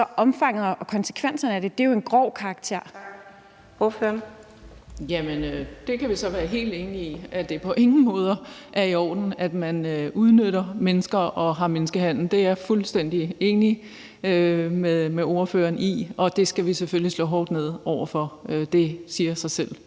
Klintskov Jerkel (KF): Det kan vi så være helt enige om. Det er på ingen måde i orden, at man udnytter mennesker og bedriver menneskehandel. Det er jeg fuldstændig enig med ordføreren i, og det skal vi selvfølgelig slå hårdt ned over for. Det siger sig selv,